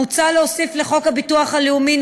מוצע להוסיף לחוק הביטוח הלאומי ,